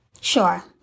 Sure